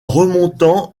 remontant